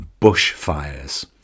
bushfires